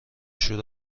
شور